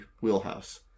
wheelhouse